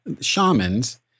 shamans